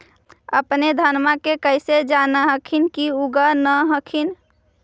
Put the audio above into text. अपने धनमा के कैसे जान हखिन की उगा न हखिन?